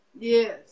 Yes